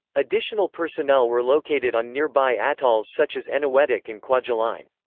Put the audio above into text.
additional personnel were located on nearby atolls such as eniwetok and kwajalein.